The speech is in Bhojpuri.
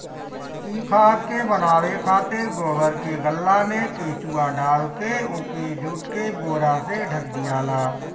इ खाद के बनावे खातिर गोबर के गल्ला में केचुआ डालके ओके जुट के बोरा से ढक दियाला